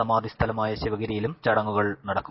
സമാധി സ്ഥലമായ ശിവഗിരിയിലും ചടങ്ങുകൾ നടക്കും